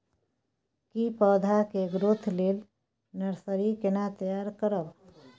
की पौधा के ग्रोथ लेल नर्सरी केना तैयार करब?